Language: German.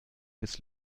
bis